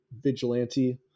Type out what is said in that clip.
vigilante